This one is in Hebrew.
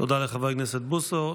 תודה לחבר הכנסת בוסו.